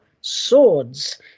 Swords